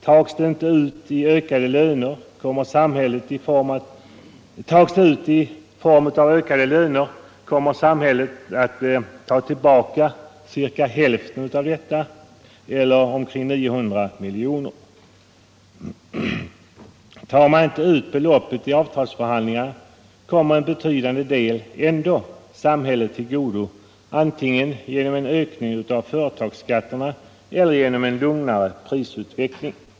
Tas det ut i ökade löner, kommer samhället i form av skatter att ta tillbaka cirka hälften, eller 900 miljoner. Tar man inte ut beloppet i avtalsförhandlingar kommer en betydande del ändå samhället till godo antingen genom en ökning av företagsskatterna eller genom en lugnare prisutveckling.